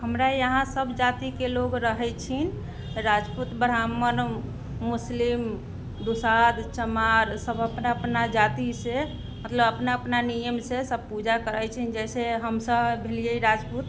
हमरा यहाँ सब जातिके लोग रहै छीन राजपूत ब्राह्मण मुस्लिम दुसाध चमार सब अपना अपना जातिसँ मतलब अपना अपना नियमसँ सब पूजा करै छीन जैसे हमसब भेलियै राजपूत